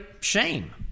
shame